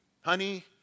honey